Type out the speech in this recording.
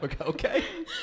okay